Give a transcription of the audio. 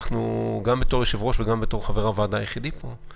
גם בתור יושב-ראש וגם בתור חבר הוועדה היחיד פה,